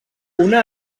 una